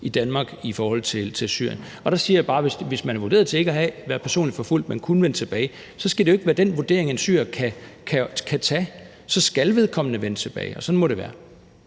i Danmark i forhold til Syrien. Der siger jeg bare, at hvis man er vurderet til ikke at være personligt forfulgt, men kunne vende tilbage, så skal det jo ikke være den vurdering, en syrer selv kan foretage, der skal afgøre det, for så skal vedkommende vende tilbage – og sådan må det være.